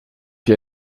jij